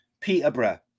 Peterborough